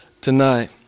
tonight